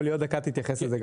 אבל היא עוד דקה תתייחס לזה גם.